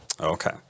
Okay